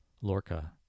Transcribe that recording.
Lorca